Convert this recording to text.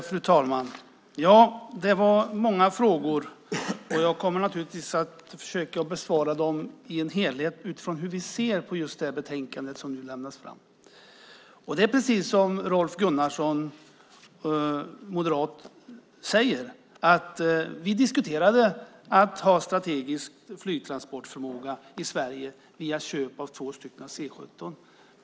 Fru talman! Det var många frågor, och jag kommer naturligtvis att försöka besvara dem i en helhet utifrån hur vi ser på just det betänkande som lagts fram. Det är precis som Rolf Gunnarsson, moderat, säger, att vi diskuterade att ha strategisk flygtransportförmåga i Sverige via köp av två C 17.